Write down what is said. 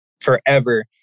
forever